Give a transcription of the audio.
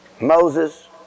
Moses